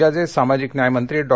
राज्याचे सामाजिक न्यायमंत्रीडॉ